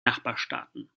nachbarstaaten